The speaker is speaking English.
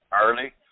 early